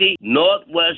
Northwest